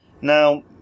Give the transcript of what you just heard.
Now